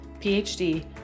PhD